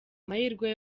amahirwe